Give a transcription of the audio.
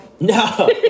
No